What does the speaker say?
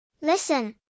listen